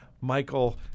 Michael